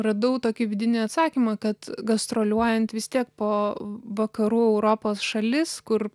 radau tokį vidinį atsakymą kad gastroliuojant vis tiek po vakarų europos šalis kur